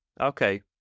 Okay